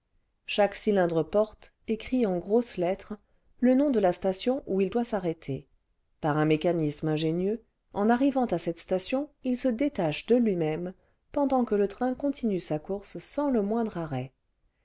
chaque cylindre porte écrit en grosses lettres le nom cle la station où il doit s'arrêter par un mécanisme ingénieux en arrivant à cette station il se détache de lui-même pendant que le train continue sa course sans le moindre arrêt